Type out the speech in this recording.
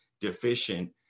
deficient